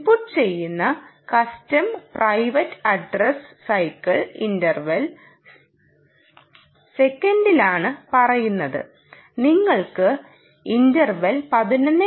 input ചെയ്യുന്ന custom private address cycle interval സെക്കൻഡിൽ ആണ് പറയുന്നത് നിങ്ങൾക്ക് ഇൻറ്റർവെൽ 11